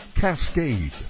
Cascade